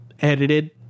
edited